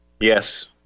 Yes